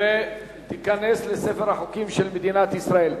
ותיכנס לספר החוקים של מדינת ישראל.